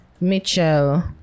mitchell